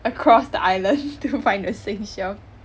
across the island to find a Sheng-Siong